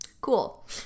Cool